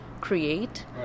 create